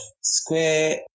square